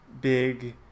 big